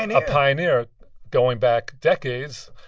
and a pioneer going back decades.